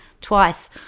twice